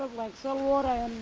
like some water,